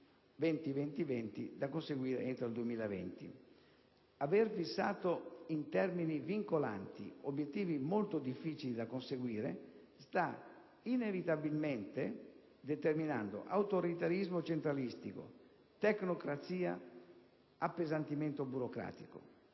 "20-20-20" da conseguire entro il 2020. Aver fissato in termini vincolanti obiettivi molto difficili da conseguire sta inevitabilmente determinando autoritarismo centralistico, tecnocrazia, appesantimento burocratico.